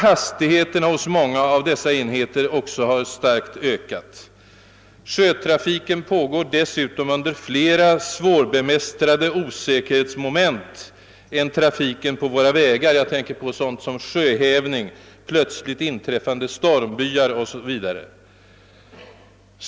Hastigheterna hos många av dessa farkoster har också ökat starkt. Sjötrafiken pågår dessutom under fler svårbemästrade osäkerhetsmoment än trafiken på våra vägar. Jag tänker t.ex. på sjöhävning, plötsligt inträffande stormbyar o.s. v.